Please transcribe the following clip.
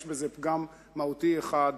יש בזה פגם מהותי אחד,